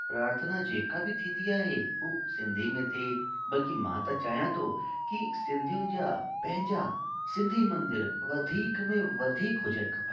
प्रार्थना जेका बि थींदी आहे हूं सिंधी में थिए बल्कि मां त चाहियां थो की सिंधीयुनि जा पंहिंजा सिंधी मंदर वधीक में वधीक हुजनि खपनि